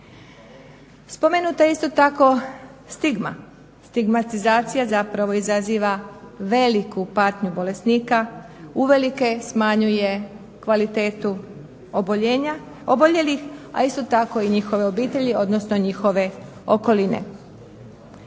Spomenuta je isto tako stigma. Stigmatizacija zapravo izaziva veliku patnju bolesnika, uvelike smanjuje kvalitetu oboljenja oboljelih, a isto tako i njihove obitelji, odnosno njihove okoline.